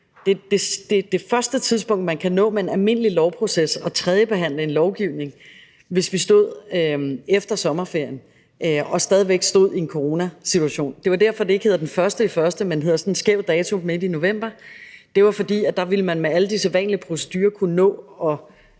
det første tidspunkt, man ville kunne nå med en almindelig lovproces at tredjebehandle et lovforslag, hvis vi stod efter sommerferien og stadig væk var i en coronasituation. Det er derfor, det ikke hedder den 1. januar, men at det har sådan en skæv dato midt i november, for der ville man med alle de sædvanlige procedurer kunne nå at